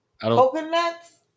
Coconuts